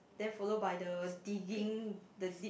then follow by the digging the deep